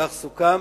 כך סוכם